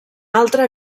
altre